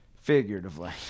figuratively